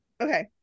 Okay